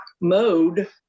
mode